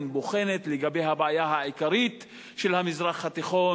בוחנת לגבי הבעיה העיקרית של המזרח התיכון,